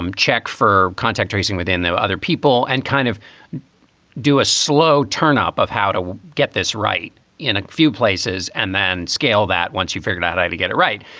um check for contact tracing within the other people and kind of do a slow turn up of how to get this right in a few places and then scale that once you figured out how to get it right.